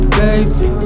baby